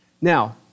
Now